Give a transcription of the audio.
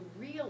real